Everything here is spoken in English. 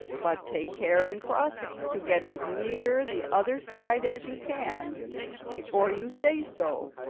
but take care, in crossing, to get as near the other side as you can before you say so,